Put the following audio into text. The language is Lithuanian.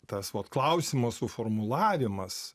tas vat klausimo suformulavimas